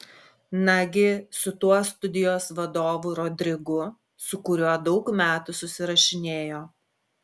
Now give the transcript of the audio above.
nagi su tuo studijos vadovu rodrigu su kuriuo daug metų susirašinėjo